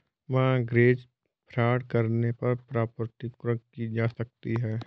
mortgage fraud करने पर property कुर्क की जा सकती है